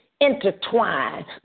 intertwine